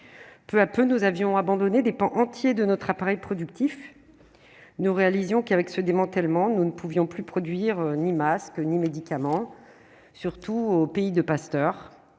peu à peu, nous avions abandonné des pans entiers de notre appareil productif, nous réalisions qui avec ce démantèlement, nous ne pouvions plus produire ni masque, ni médicaments, surtout au pays de Pasteur